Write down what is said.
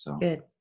Good